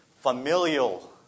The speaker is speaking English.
familial